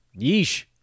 Yeesh